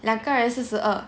两个人四十二